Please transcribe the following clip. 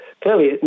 Clearly